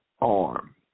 Arm